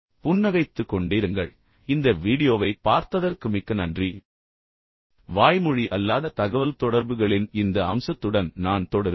எனவே புன்னகைத்து கொண்டே இருங்கள் இந்த வீடியோவைப் பார்த்ததற்கு மிக்க நன்றி அடுத்ததில் நான் உங்களை திரும்ப சந்திக்கிறேன் வாய்மொழி அல்லாத தகவல்தொடர்புகளின் இந்த அம்சத்துடன் நான் தொடருவேன்